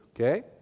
okay